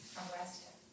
arrested